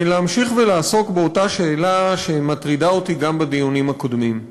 ולהמשיך ולעסוק באותה שאלה שהטרידה אותי גם בדיונים הקודמים.